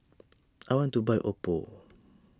I want to buy Oppo